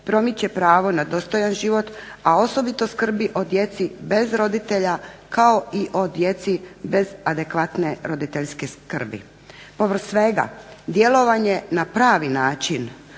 promiče pravo na dostojan život, a osobito skrbi o djeci bez roditelja kao i o djeci bez adekvatne roditeljske skrbi. Povrh svega djelovanje na pravi način